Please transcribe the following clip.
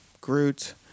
Groot